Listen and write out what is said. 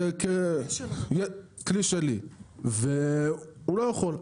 זה כלי שלי והוא לא יכול.